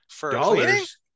Dollars